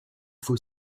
faut